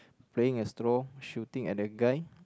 playing a straw shooting at the guy